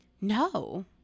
no